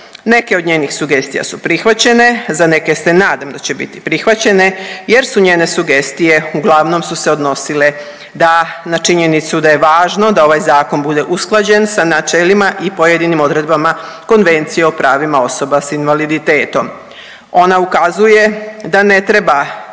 Neke od njenih sugestija su prihvaćene, za neke se nadam da će biti prihvaćene jer su njene sugestije uglavnom su se odnosile da, na činjenicu da je važno da ovaj zakon bude usklađen sa načelima i pojedinim odredbama Konvencije o pravima osoba sa invaliditetom. Ona ukazuje da ne treba